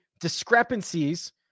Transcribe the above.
discrepancies